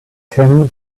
him